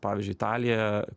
pavyzdžiui italija